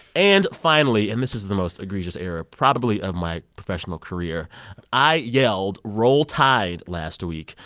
and finally and this is the most egregious error probably of my professional career i yelled, roll tide, last week,